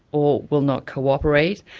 or will not cooperate,